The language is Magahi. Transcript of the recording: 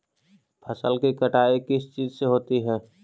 फसल की कटाई किस चीज से होती है?